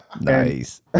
Nice